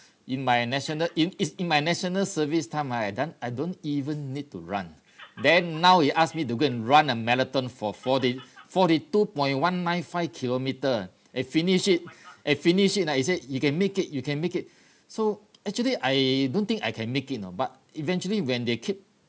in my national in it's in my national service time ah I don't I don't even need to run then now he asked me to go and run a marathon for forty forty two point one nine five kilometre I finish it I finish it ah he said you can make it you can make it so actually I don't think I can make it you know but eventually when they keep